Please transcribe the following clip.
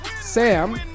Sam